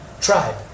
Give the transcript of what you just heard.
tribe